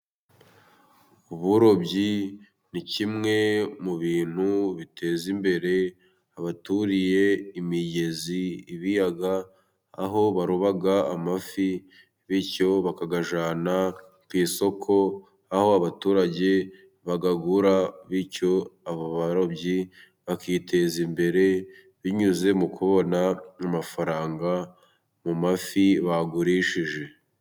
Uburobyi ni kimwe mu bintu biteza imbere abaturiye imigezi, ibiyaga, aho baroba amafi bityo bakayajyana ku isoko, aho abaturage bayagura, bityo abo barobyi bakiteza imbere binyuze mu kubona amafaranga mu mafi bagurishije.